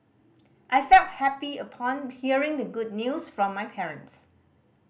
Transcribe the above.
I felt happy upon hearing the good news from my parents